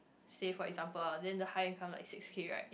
say for example ah then the higher income like six K right